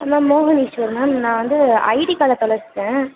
ma'am மோகன் Eswar ma'am நான் வந்து ஐடி கார்ட தொலைச்சிட்டேன்